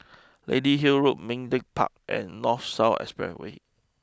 Lady Hill Road Ming Teck Park and North South Expressway